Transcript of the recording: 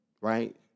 right